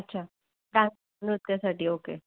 अच्छा का नृत्यासाठी ओके